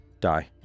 Die